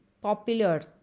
popular